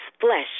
flesh